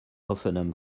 offenen